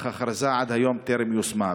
אך ההכרזה טרם יושמה.